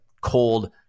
cold